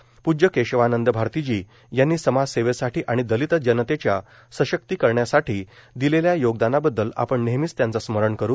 पूज्य केशवानंद भारती जी यांनी समाजसेवेसाठी आणि दलित जनतेच्या सशक्ती करण्यासाठी दिलेल्या योगदानाबद्दल आपण नेहमीच त्यांचे स्मरण करू